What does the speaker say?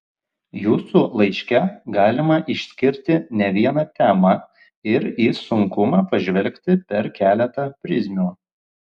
jūsų laiške galima išskirti ne vieną temą ir į sunkumą pažvelgti per keletą prizmių